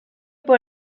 por